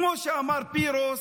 כמו שאמר פירוס: